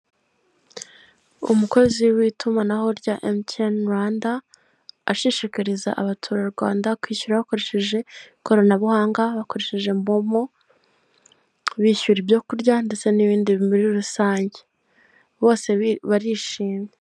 Mu isoko rya Nyabugogo aho bagurishiriza imbuto, umucuruzi yifashi ku itama kuko yabuze abakiriya kandi yari akeneye amafaranga, ari gucuruza inanasi, amapapayi, amaronji, imyembe, ndetse n'ibindi.